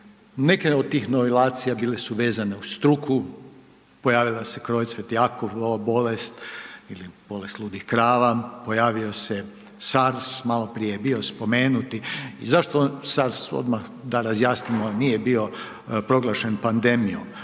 Neke od tih novilacija bile su vezane uz struku, pojavila se .../Govornik se ne razumije./... bolest ili bolest ludih krava, pojavio se SARS, maloprije je bio spomenuti i zašto SARS odmah, da razjasnimo nije bio proglašen pandemijom?